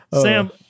Sam